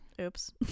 Oops